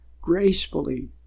gracefully